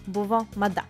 buvo mada